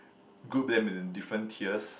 group them into different tiers